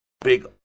Big